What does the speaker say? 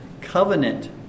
covenant